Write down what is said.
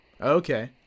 okay